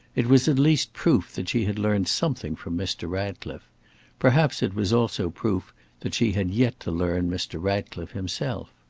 it was at least proof that she had learned something from mr. ratcliffe perhaps it was also proof that she had yet to learn mr. ratcliffe himself.